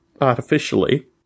artificially